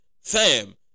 Fam